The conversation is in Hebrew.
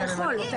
אתה יכול.